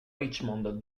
richmond